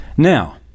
Now